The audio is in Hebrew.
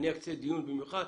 אני אקצה דיון במיוחד,